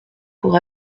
pour